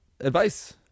Advice